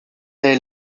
est